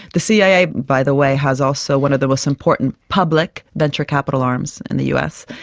the cia, by the way, has also one of the most important public venture capital arms in the us.